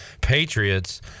Patriots